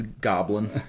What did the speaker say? goblin